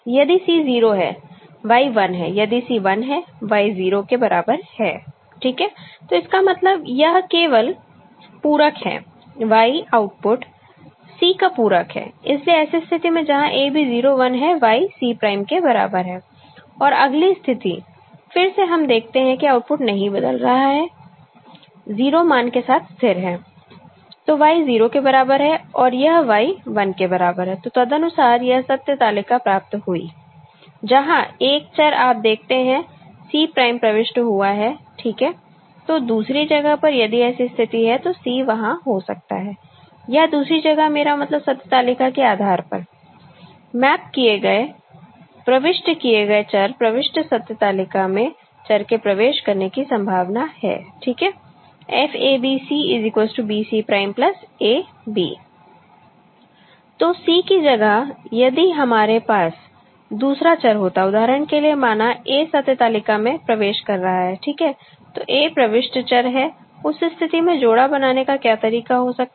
यदि C 0 है Y 1 है यदि C 1 है Y 0 के बराबर है ठीक है तो इसका मतलब यह केवल पूरक है Y आउटपुट C का पूरक है इसलिए ऐसी स्थिति में जहां A B 0 1 है Y C prime के बराबर है और अगली स्थिति फिर से हम देखते हैं कि आउटपुट नहीं बदल रहा है 0 मान के साथ स्थिर है तो Y 0 के बराबर है और यह Y है 1 के बराबर है तो तदनुसार यह सत्य तालिका प्राप्त हुई जहां एक चर आप देखते हैं C prime प्रविष्ट हुआ है ठीक है तो दूसरी जगह पर यदि ऐसी स्थिति है तो C वहां हो सकता है या दूसरी जगह मेरा मतलब सत्य तालिका के आधार पर मैप किए गए प्रविष्ट किए गए चर प्रविष्ट सत्य तालिका में चर के प्रवेश करने की संभावना है ठीक है FABC BC' AB तो C की जगह यदि हमारे पास दूसरा चर होता उदाहरण के लिए माना A सत्य तालिका में प्रवेश कर रहा है ठीक है तो A प्रविष्ट चर है उस स्थिति में जोड़ा बनाने का क्या तरीका हो सकता है